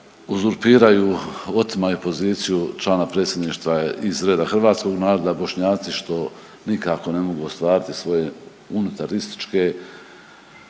uzurpiraju, otimaju poziciju člana Predsjedništva iz reda hrvatskog naroda, Bošnjaci, što nikako ne mogu ostvariti svoje unitarističke